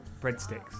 breadsticks